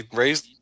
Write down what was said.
raised